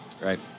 Right